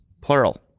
Plural